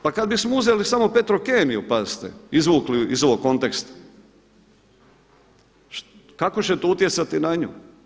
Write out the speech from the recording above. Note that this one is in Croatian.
Pa kad bismo uzeli samo Petrokemiju, pazite izvukli iz ovog konteksta kako će to utjecati na nju.